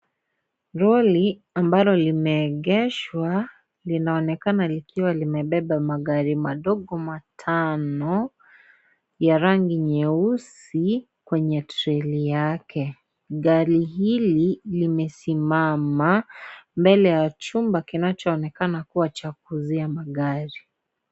Lori ambalo limeegeshwa, linaonekana likiwa limebeba magari madogo matano, ya rangi nyeusi kwenye trela yake. Gari hili, limesimama mbele ya chumba kinachoonekana kuwa cha kuuzia magari.